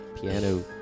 piano